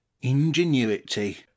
ingenuity